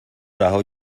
رها